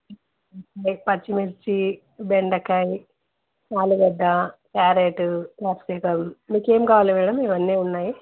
పచ్చిమిర్చి బెండకాయ ఆలుగడ్డ క్యారెటు కాప్సికమ్ మీకేం కావాలి మేడం ఇవన్నీ ఉన్నాయి